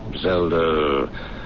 Zelda